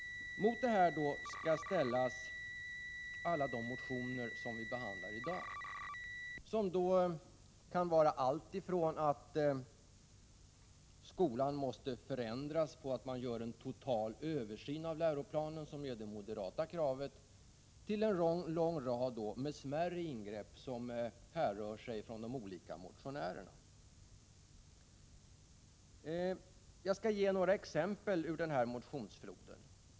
Mot detta skall ställas alla de motioner som behandlas i betänkandet. De gäller allt ifrån en total översyn av läroplanen, som är det moderata kravet, till en lång rad smärre ingrepp som föreslås av de olika motionärerna. Jag skall ge några exempel ur motionsfloden.